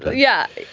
yeah,